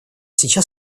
сейчас